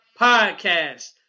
Podcast